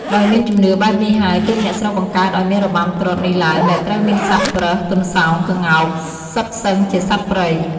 ដោយមានជំនឿបែបនេះហើយ ទើបអ្នកស្រុកបង្កើតអោយមានរបាំត្រុដិនេះឡើងដែលត្រូវមានសត្វប្រើស ទន្សោង ក្ងោក សុទ្ធសឹងជាសត្វព្រៃ។